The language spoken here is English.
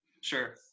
Sure